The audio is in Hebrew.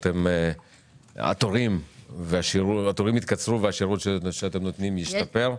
התורים יתקצרו והשירות שאתם נותנים ישתפר.